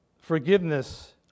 forgiveness